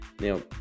now